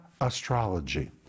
astrology